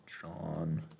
John